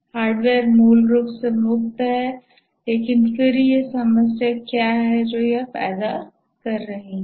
hardware मूल रूप से मुक्त है लेकिन फिर यह समस्या क्या है जो यह पैदा कर रही है